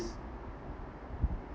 s~